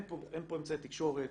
אין פה אמצעי תקשורת,